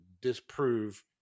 disprove